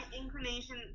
inclination